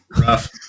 rough